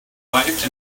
wife